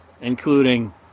including